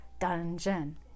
dungeon